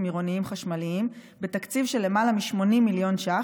עירוניים חשמליים בתקציב של למעלה מ-80 מיליון ש"ח,